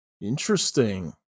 Interesting